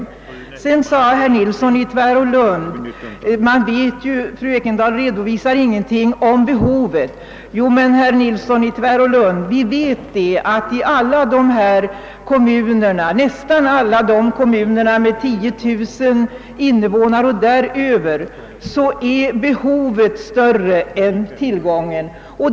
Slutligen sade herr Nilsson i Tvärålund att jag inte hade redovisat vilka behov som föreligger i detta fall, men vi vet att i nästan alla kommuner med 10 000 invånare eller därutöver är behoven större än tillgången.